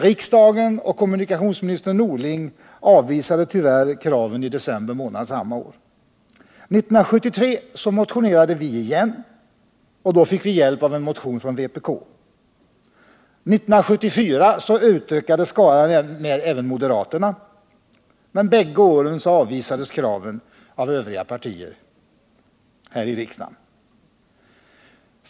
Riksdagen och kommunikationsminister Norling avvisade tyvärr kraven i december samma år. År 1973 motionerade vi igen, och då fick vi hjälp av en motion från vänsterpartiet kommunisterna med samma krav. År 1974 utökades skaran med några moderater, men bägge åren avvisades kraven av övriga partier här i riksdagen.